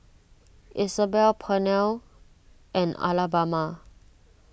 Isabel Pernell and Alabama